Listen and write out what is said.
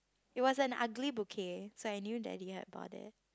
it was an ugly bouquet so I knew that he had bought it